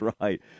right